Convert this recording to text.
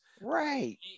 right